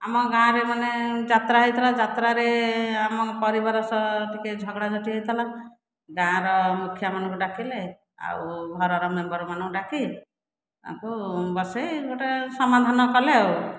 ଆମ ଗାଁରେ ମାନେ ଯାତ୍ରା ହୋଇଥିଲା ଯାତ୍ରାରେ ଆମ ପରିବାର ସହ ଟିକେ ଝଗଡ଼ାଝାଟି ହୋଇଥିଲା ଗାଁର ମୁଖିଆମାନଙ୍କୁ ଡାକିଲେ ଆଉ ଘରର ମେମ୍ବରମାନଙ୍କୁ ଡାକି ତାଙ୍କୁ ବସାଇ ଗୋଟିଏ ସମାଧାନ କଲେ ଆଉ